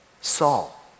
Saul